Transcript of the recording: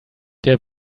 der